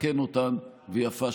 תחשבי איזה עוד דברים יקרו,